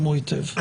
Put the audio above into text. אדוני.